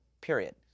period